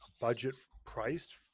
budget-priced